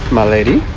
my lady.